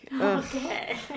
Okay